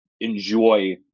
enjoy